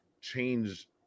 change